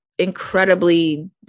incredibly